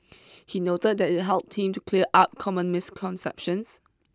he noted that it helped him to clear up common misconceptions